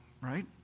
right